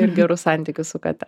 ir gerus santykius su kate